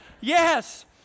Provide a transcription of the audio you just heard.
Yes